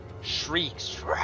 shrieks